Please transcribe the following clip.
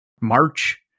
March